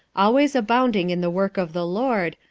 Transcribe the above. always abounding in the work of the lord,